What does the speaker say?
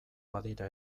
badira